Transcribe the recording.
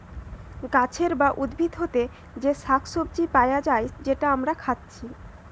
গাছের বা উদ্ভিদ হোতে যে শাক সবজি পায়া যায় যেটা আমরা খাচ্ছি